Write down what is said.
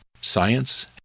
science